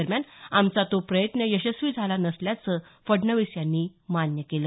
दरम्यान आमचा तो प्रयत्न यशस्वी झाला नसल्याचं फडणवीस यांनी मान्य केलं